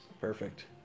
Perfect